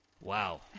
wow